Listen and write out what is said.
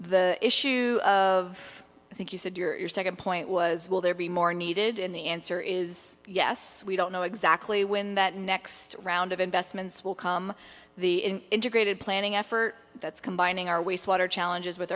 the issue of i think you said your second point was will there be more needed in the answer is yes we don't know exactly when that next round of investments will come the integrated planning effort that's combining our wastewater challenges with